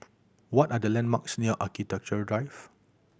what are the landmarks near Architecture Drive